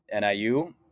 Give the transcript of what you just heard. NIU